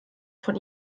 von